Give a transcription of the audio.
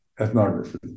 ethnography